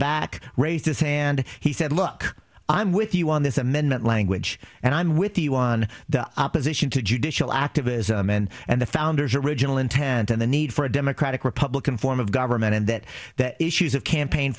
back raised his hand he said look i'm with you on this amendment language and i'm with you on the opposition to judicial activism and and the founders original intent and the need for a democratic republican form of government and that the issues of campaign